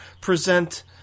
present